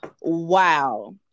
Wow